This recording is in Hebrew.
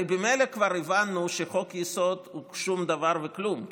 הרי ממילא כבר הבנו שחוק-יסוד הוא שום דבר וכלום.